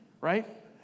right